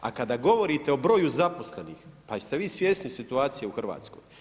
A kada govorite o broju zaposlenih, pa jeste vi svjesni situacije u Hrvatskoj?